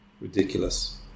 ridiculous